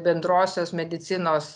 bendrosios medicinos